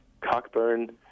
cockburn